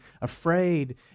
afraid